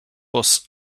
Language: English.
bus